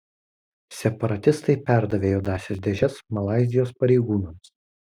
separatistai perdavė juodąsias dėžes malaizijos pareigūnams